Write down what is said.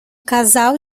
casal